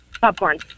Popcorn